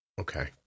Okay